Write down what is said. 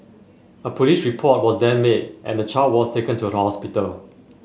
a police report was then made and the child was taken to the hospital